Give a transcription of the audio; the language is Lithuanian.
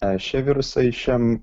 šie virusai šiam